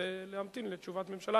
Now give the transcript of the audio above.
ולהמתין לתשובת ממשלה?